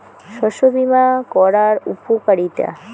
শস্য বিমা করার উপকারীতা?